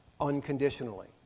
unconditionally